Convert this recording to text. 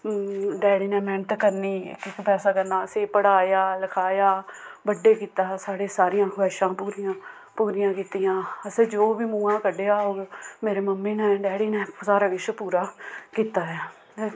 daddy ने मेह्नत करनी इक इक पैसा करना असें पढ़ाया लखाया बड्डे कीता हा साढ़े सारियां ख्वाहिशां पूरियां कीतियां असें जो बी मूहां कड्ढेआ होग मेरी मम्मी ने डैडी ने सारा किश पूरा कीता ऐ